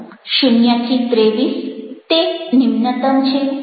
આ સ્કેલમાંથી પસાર થયા પછી તમને આ મુખ્ય ચાર શ્રેણીમાં પ્રાપ્તાંક મળશેખરું